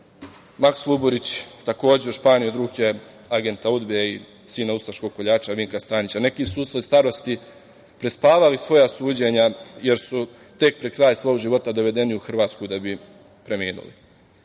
Maks Luburić takođe u Španiji od ruke agenta UDBE i sina ustaškog koljača Vinka Stanića. Neki su usled starosti prespavali svoja suđenja, jer su tek pred kraj svog života dovedeni u Hrvatsku da bi preminuli. Pre